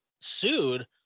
sued